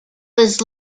was